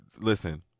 Listen